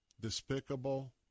despicable